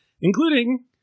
including